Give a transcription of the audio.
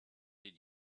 did